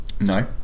No